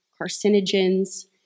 carcinogens